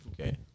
Okay